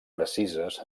precises